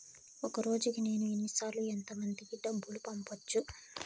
ఒక రోజుకి నేను ఎన్ని సార్లు ఎంత మందికి డబ్బులు పంపొచ్చు?